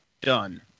done